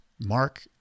Mark